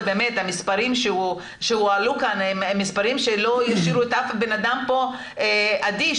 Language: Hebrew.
ובאמת המספרים שהועלו כאן הם מספרים שלא ישאירו אף אדם פה אדיש.